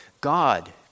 God